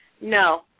no